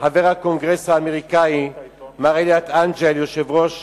חבר הקונגרס האמריקני מר אליוט אנגל, יושב ראש